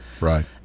Right